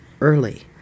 early